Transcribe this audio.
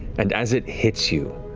and as it hits you,